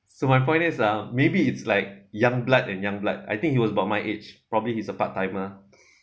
so my point is um maybe it's like youngblood and youngblood I think he was about my age probably he's a part timer